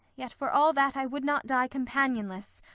yet, for all that, i would not die companionless,